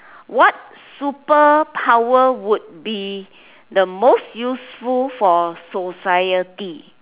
what superpower would be the most useful for society